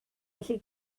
felly